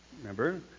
Remember